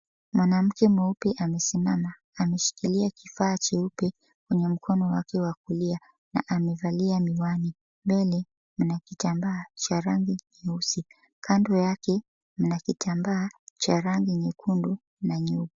Mwanamke mweupe amesimama, ameshikilia kifaa cheupe kwenye mkono wake wa kulia na amevalia miwani. Mbele mna kitambaa cha rangi nyeusi. Kando yake mna kitambaa cha rangi nyekundu na nyeupe.